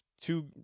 two